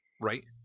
Right